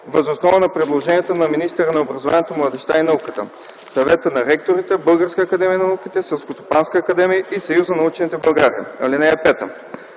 въз основа на предложенията на министъра на образованието, младежта и науката, Съвета на ректорите, Българската академия на науките, Селскостопанската академия и Съюза на учените в България. (5)